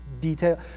detail